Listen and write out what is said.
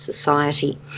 society